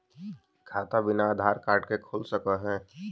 खाता बिना आधार कार्ड के खुल सक है?